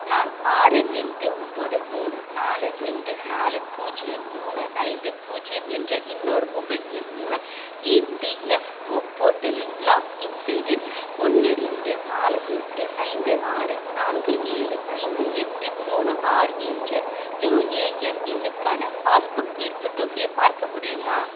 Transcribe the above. நான் ஆறு ரெண்டு ஒன்போது மூணு நாலு ரெண்டு நாலு பூஜ்யம் மூணு ஐந்து பூஜ்யம் என்ற இன்னொரு மொபைல் எண் மூலம் இபிஎஃப்ஓ போர்ட்டலில் லாக்இன் செய்து ஒன்று ரெண்டு நாலு எட்டு ஐந்து ஆறு நான்கு ஏழு ஐந்து எட்டு மூணு ஆறு என்ற யுஏஎன் எண்ணுக்கான பாஸ்புக் இருப்புத் தொகையை பார்க்க முடியுமா